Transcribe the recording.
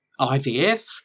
IVF